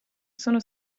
sono